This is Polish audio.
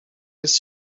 jest